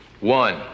one